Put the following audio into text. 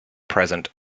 present